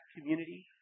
community